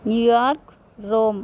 New York Rome